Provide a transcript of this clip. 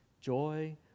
joy